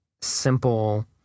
simple